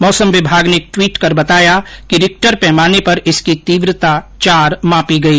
मौसम विमाग ने एक ट्वीट कर बताया कि रिक्टर पैमाने पर इसकी तीव्रता चार मापी गई